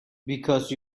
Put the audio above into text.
because